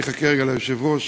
אני אחכה רגע ליושב-ראש,